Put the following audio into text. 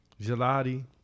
gelati